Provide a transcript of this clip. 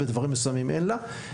בדברים מסוימים שאין לה.